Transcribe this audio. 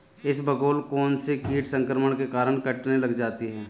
इसबगोल कौनसे कीट संक्रमण के कारण कटने लग जाती है?